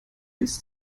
bis